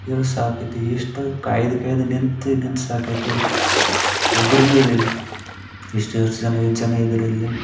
ಹೇಳಿ ಸಾಕೈತಿ ಎಷ್ಟು ಕಾಯೋದಕ್ಕೆ ಹೇಳಿದ್ದು ನಿಂತು ನಿಂತು ಸಾಕಾಯಿತು ಇಲ್ಲಿ ಒಬ್ಬರೂನು ಇಲ್ಲಿ ಇಲ್ಲಿ ಎಷ್ಟು ಯೋಚಿದನೆ ಜನ ಇದ್ದರು ಇಲ್ಲಿ